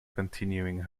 continuing